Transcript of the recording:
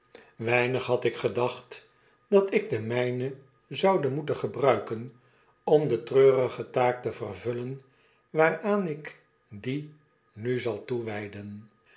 weinig had ik gedacht dat ik de myne zoude moeten gebruiken om de treurige taak te vervullen waaraan ik die nu zal